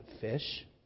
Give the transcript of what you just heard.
fish